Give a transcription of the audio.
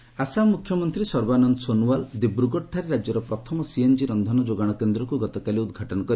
Assam CNG Assam ମୁଖ୍ୟମନ୍ତ୍ରୀ ସର୍ବାନନ୍ଦ ସୋନୱାଲ ଦିବ୍ରଗଡ଼ଠାରେ ରାଜ୍ୟର ପ୍ରଥମ ସିଏନ୍ଜି ଇନ୍ଧନ ଯୋଗାଣ କେନ୍ଦ୍ରକୁ ଗତକାଲି ଉଦ୍ଘାଟନ କରିଛନ୍ତି